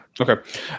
Okay